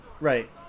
Right